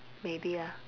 maybe ah